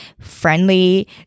friendly